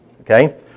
okay